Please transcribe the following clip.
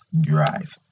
drive